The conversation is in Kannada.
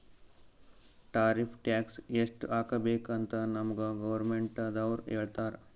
ಟಾರಿಫ್ ಟ್ಯಾಕ್ಸ್ ಎಸ್ಟ್ ಹಾಕಬೇಕ್ ಅಂತ್ ನಮ್ಗ್ ಗೌರ್ಮೆಂಟದವ್ರು ಹೇಳ್ತರ್